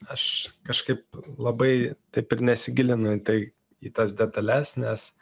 aš kažkaip labai taip ir nesigilinu į tai į tas detales nes